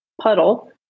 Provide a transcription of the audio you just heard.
puddle